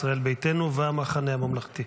ישראל ביתנו והמחנה הממלכתי.